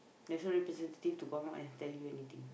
there's no representative to come out and tell you anything